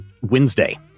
Wednesday